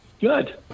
Good